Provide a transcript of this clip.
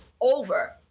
over